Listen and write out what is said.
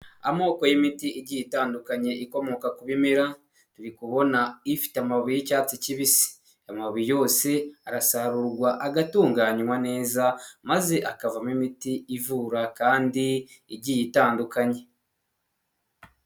Amoko y'imiti igiye itandukanye ikomoka ku bimera, turi kubona ifite amababi y'icyatsi kibisi. Amababi yose arasarurwa agatunganywa neza, maze akavamo imiti ivura kandi igiye itandukanye.